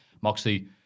Moxie